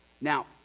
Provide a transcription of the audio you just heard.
Now